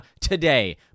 today